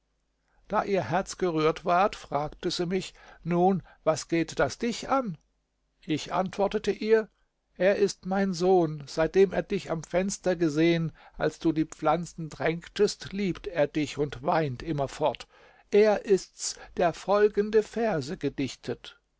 da ihr herz gerührt ward fragte sie mich nun was geht das dich an ich antwortete ihr er ist mein sohn seitdem er dich am fenster gesehen als du die pflanzen tränktest liebt er dich und weint immerfort er ist's der folgende verse gedichtet